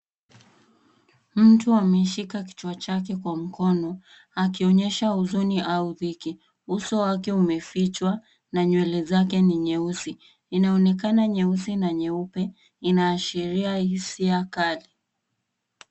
Mtu ameshika kichwa chake kwa mkono, akionyesha huzuni au dhiki. Uso wake umefichwa na nywele zake ni nyeusi. Inaonekana nyeusi na nyeupe. Inaashiria hisia kali.